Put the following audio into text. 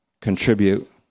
contribute